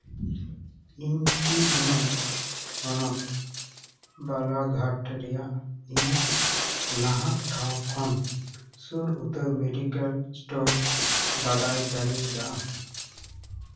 ᱤᱧ ᱠᱤ ᱤᱧᱟᱹᱜ ᱦᱚᱱᱚᱛ ᱵᱟᱞᱟᱜᱷᱟᱴ ᱨᱮᱭᱟᱜ ᱤᱧᱟᱹᱜ ᱱᱟᱦᱟᱜ ᱴᱷᱟᱶ ᱠᱷᱚᱱ ᱥᱩᱨ ᱩᱛᱟᱹᱨ ᱢᱮᱰᱤᱠᱮᱞ ᱥᱴᱳᱨ ᱵᱟᱰᱟᱭ ᱫᱟᱲᱮᱭᱟᱜᱼᱟ